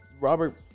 Robert